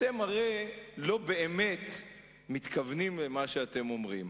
אתם הרי לא באמת מתכוונים למה שאתם אומרים.